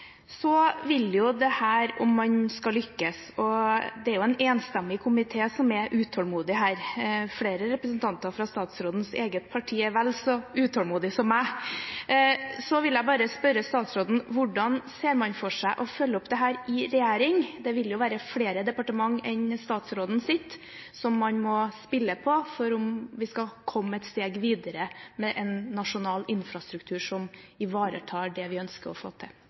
Så om man skal lykkes med dette – og det er en enstemmig komité som er utålmodig, flere representanter fra statsrådens eget parti er vel så utålmodig som meg – vil jeg bare spørre statsråden: Hvordan ser man for seg å følge opp dette i regjering? Det vil være flere departementer enn statsrådens som man må spille på, om vi skal komme et steg videre med en nasjonal infrastruktur som ivaretar det vi ønsker å få til.